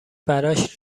براش